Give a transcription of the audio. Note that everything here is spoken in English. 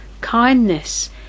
kindness